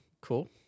Cool